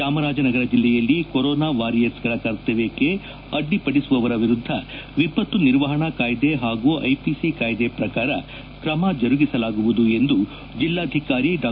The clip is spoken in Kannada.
ಚಾಮರಾಜನಗರ ಜಿಲ್ಡೆಯಲ್ಲಿ ಕೊರೋನಾ ವಾರಿಯರ್ರ್ಸ್ಗಳ ಕರ್ತವ್ಯಕ್ಕೆ ಅಡ್ಡಿಪಡಿಸುವವರ ವಿರುದ್ದ ವಿಪತ್ತು ನಿರ್ವಹಣಾ ಕಾಯ್ದೆ ಹಾಗೂ ಐಪಿಸಿ ಕಾಯ್ದೆ ಪ್ರಕಾರ ಕ್ರಮ ಜರುಗಿಸಲಾಗುವುದು ಎಂದು ಜಿಲ್ಲಾಧಿಕಾರಿ ಡಾ